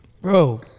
Bro